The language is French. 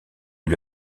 lui